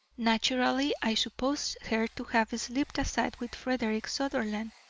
naturally i supposed her to have slipped aside with frederick sutherland,